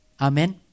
Amen